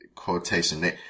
Quotation